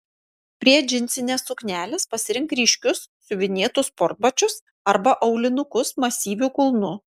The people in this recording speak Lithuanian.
prie džinsinės suknelės pasirink ryškius siuvinėtus sportbačius arba aulinukus masyviu kulnu